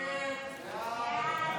ההצעה להעביר